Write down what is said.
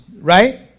right